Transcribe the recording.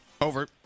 Over